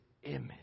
image